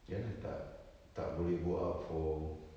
ya lah tak tak boleh go out for